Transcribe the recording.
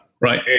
right